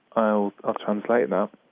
i'll ah translate um